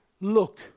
look